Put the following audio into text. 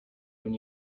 when